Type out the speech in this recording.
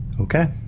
Okay